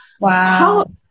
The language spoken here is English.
Wow